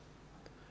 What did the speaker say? תודה.